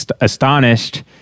astonished